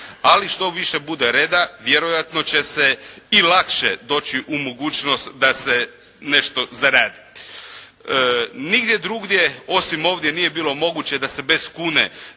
ali što više bude reda vjerojatno će se i lakše doći u mogućnost da se nešto zaradi. Nigdje drugdje osim ovdje nije bilo moguće da se bez kune